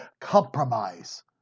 compromise